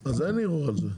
אז אין ערעור על זה.